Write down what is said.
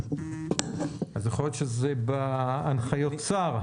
יכול להיות שזה בהנחיות שר.